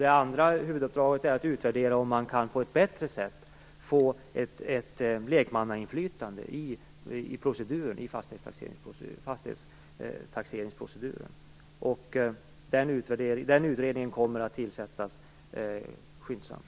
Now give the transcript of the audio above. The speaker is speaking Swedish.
Det andra huvuduppdraget är att utvärdera om man på ett bättre sätt kan få ett lekmannainflytande i fastighetstaxeringsproceduren. Den utredningen kommer att tillsättas skyndsamt.